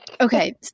Okay